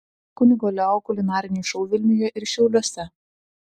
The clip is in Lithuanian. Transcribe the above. kunigo leo kulinariniai šou vilniuje ir šiauliuose